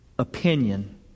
Opinion